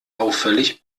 auffällig